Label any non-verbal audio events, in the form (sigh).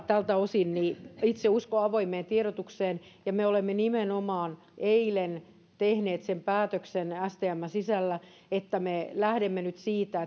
tältä osin itse uskon avoimeen tiedotukseen ja me olemme nimenomaan eilen tehneet sen päätöksen stmn sisällä että me lähdemme nyt siitä (unintelligible)